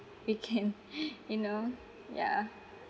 we can you know yeah